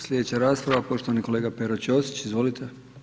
Slijedeća rasprava poštovani kolega Pero Ćosić, izvolite.